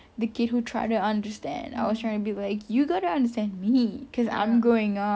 the kid who try to understand I was trying to be like you got to understand me cause I'm growing up